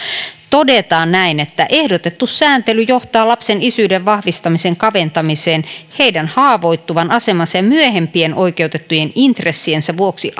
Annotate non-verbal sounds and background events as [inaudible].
todetaan että ehdotettu sääntely johtaa lapsen isyyden vahvistamisen kaventamiseen ja heidän haavoittuvan asemansa ja myöhempien oikeutettujen intressiensä vuoksi [unintelligible]